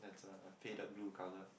it's a faded blue colour